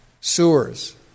sewers